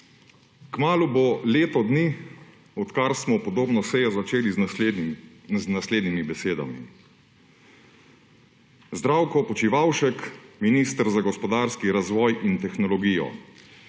Kmalu bo leto dni, odkar smo podobno sejo začeli z naslednjimi besedami: »Zdravko Počivalšek, minister za gospodarski razvoj in tehnologijo,